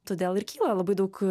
todėl ir kyla labai daug